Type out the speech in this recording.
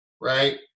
right